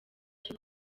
cyo